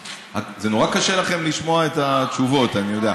זה נורא קשה לכם לשמוע את התשובות, אני יודע.